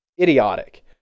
idiotic